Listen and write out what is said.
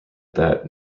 that